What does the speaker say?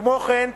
כמו כן,